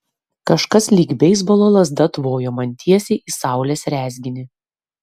kažkas lyg beisbolo lazda tvojo man tiesiai į saulės rezginį